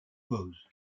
pose